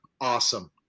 awesome